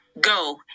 go